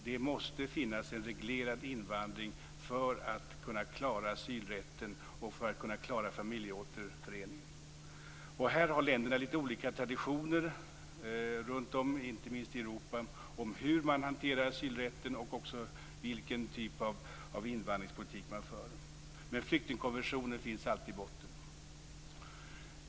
Det måste finnas en reglering av invandringen för att man skall kunna klara asylrätten och familjeåterföreningen. Länderna runt omkring, inte minst i Europa, har litet olika traditioner när det gäller hur man hanterar asylrätten och vilken typ av invandringspolitik man för. Men flyktingkonventionen finns alltid i botten.